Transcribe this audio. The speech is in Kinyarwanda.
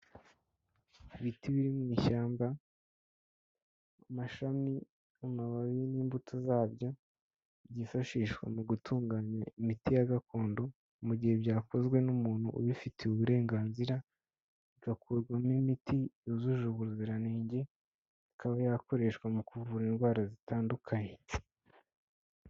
Ibiti biri mu ishyamba, amashami, amababi n'imbuto zabyo byifashishwa mu gutunganya imiti ya gakondo mu gihe byakozwe n'umuntu ubifitiye uburenganzira. Bigakurwamo imiti yujuje ubuziranenge, ikaba yakoreshwa mu kuvura indwara zitandukanye.